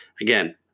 Again